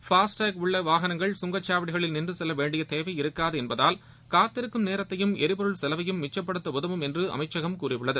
FASTag உள்ள வாகனங்கள் கங்கச்சாவடிகளில் நின்று செல்ல வேண்டிய தேவை இருக்காது என்பதால் காத்திருக்கும் நேரத்தையும் எரிபொருள் செலவையும் மிச்சுப்படுத்த உதவும் என்று அமைச்சகம் கூறியுள்ளது